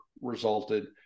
resulted